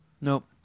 Nope